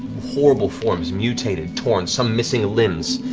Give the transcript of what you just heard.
horrible forms mutated, torn, some missing limbs,